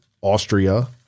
Austria